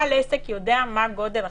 בעל עסק יודע מה גודל החנות,